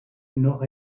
nord